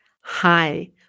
Hi